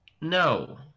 No